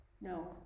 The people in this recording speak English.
No